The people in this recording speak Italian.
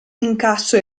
incasso